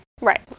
Right